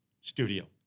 studio